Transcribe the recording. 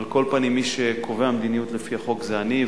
על כל פנים, מי שקובע מדיניות לפי החוק זה אני.